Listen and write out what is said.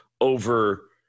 over